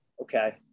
Okay